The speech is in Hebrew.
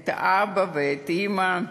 את האבא ואת האימא,